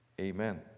Amen